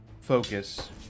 focus